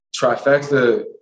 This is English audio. Trifecta